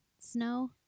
snow